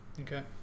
Okay